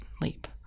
leap